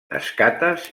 escates